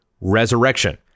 resurrection